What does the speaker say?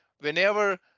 whenever